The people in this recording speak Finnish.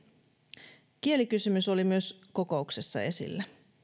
myös kielikysymys oli kokouksessa esillä